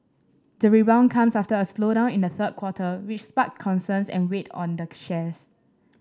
the rebound comes after a slowdown in the third quarter which sparked concerns and weighed on the shares